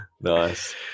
Nice